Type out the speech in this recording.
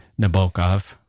Nabokov